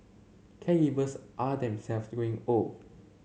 caregivers are themselves growing old